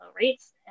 rates